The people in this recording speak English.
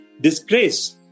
disgrace